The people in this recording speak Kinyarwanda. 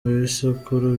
ibisekuru